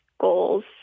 goals